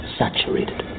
saturated